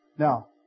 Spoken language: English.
Now